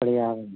पर्यायं